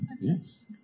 Yes